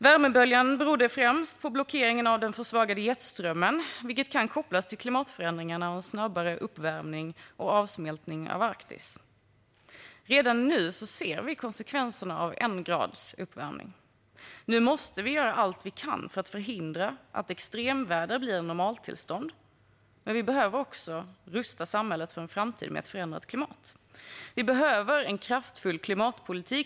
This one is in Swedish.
Värmeböljan berodde främst på blockeringen av den försvagade jetströmmen, vilket kan kopplas till klimatförändringarna och en snabbare uppvärmning och avsmältning av Arktis. Redan nu ser vi konsekvenserna av en grads uppvärmning. Nu måste vi göra allt vi kan för att förhindra att extremväder blir normaltillstånd, men vi behöver också rusta samhället för en framtid med ett förändrat klimat. Vi behöver en kraftfull klimatpolitik.